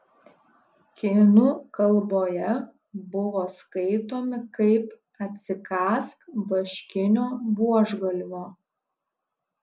kinų kalboje buvo skaitomi kaip atsikąsk vaškinio buožgalvio